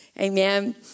Amen